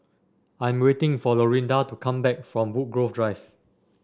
I am waiting for Lorinda to come back from Woodgrove Drive